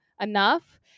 enough